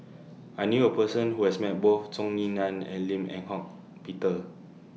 I knew A Person Who has Met Both Zhou Ying NAN and Lim Eng Hock Peter